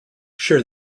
share